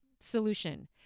solution